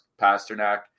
Pasternak